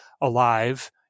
alive